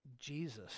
Jesus